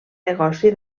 negoci